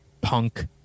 punk